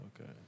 Okay